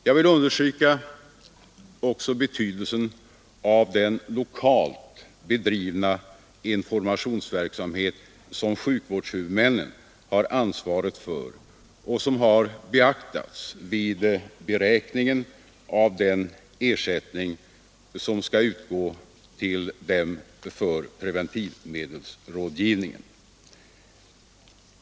Jag vill också understryka betydelsen av den lokalt bedrivna informationsverksamhet som sjukvårdshuvudmännen har ansvaret för och som har beaktats vid beräkningen av den ersättning som skall utgå till dem för preventivmedelsrådgivningen.